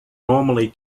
normally